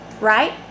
Right